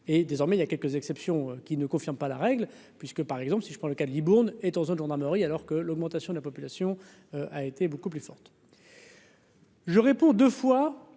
et désormais, il y a quelques exceptions qui ne confirme pas la règle puisque par exemple si je prends le cas de Libourne est en zone gendarmerie, alors que l'augmentation de la population a été beaucoup plus forte.